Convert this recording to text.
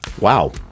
Wow